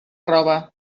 roba